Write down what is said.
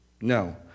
No